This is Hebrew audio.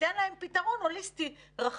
ייתן להם פתרון הוליסטי רחב.